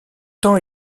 temps